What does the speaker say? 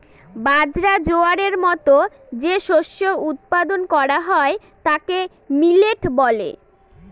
বাজরা, জোয়ারের মতো যে শস্য উৎপাদন করা হয় তাকে মিলেট বলে